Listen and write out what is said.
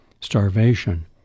starvation